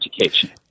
education